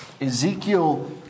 Ezekiel